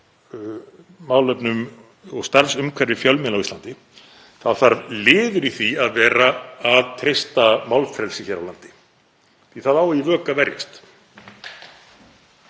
málefnum og starfsumhverfi fjölmiðla á Íslandi þá þarf liður í því að vera að treysta málfrelsi hér á landi því að það á í vök að verjast.